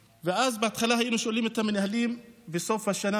ובהתחלה היינו שואלים את המנהלים בסוף השנה,